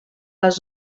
les